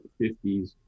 50s